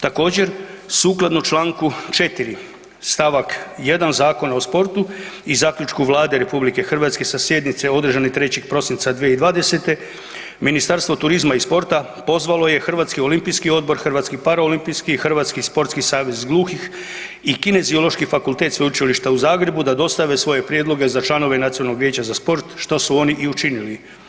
Također, sukladno Članku 4. stavak 1. Zakona o sportu i zaključku Vlade RH sa sjednice održane 3. prosinca 2020., Ministarstvo turizma i sporta pozvalo je Hrvatski olimpijski odbor, Hrvatski paraolimpijski i Hrvatski sportski savez gluhih i Kineziološki fakultet Sveučilišta u Zagrebu da dostave svoje prijedloge za članove Nacionalnog vijeća što su oni i učinili.